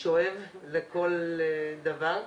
שואב לכל דבר.